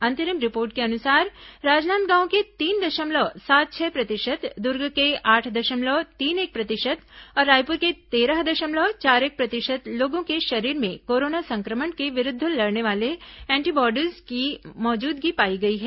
अंतरिम रिपोर्ट के अनुसार राजनांदगांव के तीन दशमलव सात छह प्रतिशत दुर्ग के आठ दशमलव तीन एक प्रतिशत और रायपुर के तेरह दशमलव चार एक प्रतिशत लोगों के शरीर में कोरोना संक्रमण के विरूद्व लड़ने वाले एंटीबॉडीज की मौजूदगी पाई गई है